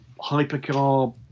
hypercar